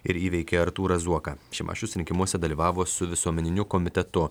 ir įveikė artūrą zuoką šimašius rinkimuose dalyvavo su visuomeniniu komitetu